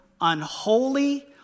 unholy